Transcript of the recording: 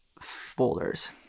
folders